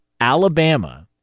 Alabama